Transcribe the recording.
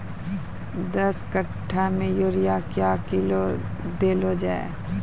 दस कट्ठा मे यूरिया क्या किलो देलो जाय?